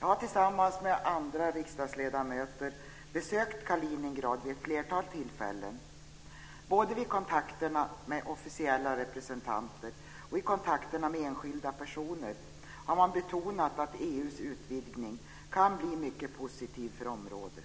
Jag har tillsammans med andra riksdagsledamöter besökt Kaliningrad vid ett flertal tillfällen. Både vid kontakterna med officiella representanter och i kontakterna med enskilda personer har man betonat att EU:s utvidgning kan bli mycket positiv för området.